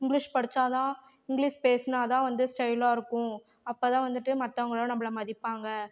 English படிச்சால்தான் English பேசினாதான் வந்து ஸ்டைலாக இருக்கும் அப்போ தான் வந்துட்டு மற்றவங்களாம் நம்பளை மதிப்பாங்க